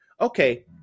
Okay